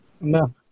No